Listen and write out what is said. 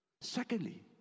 Secondly